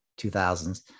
2000s